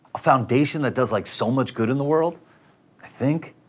a foundation that does, like, so much good in the world? i think?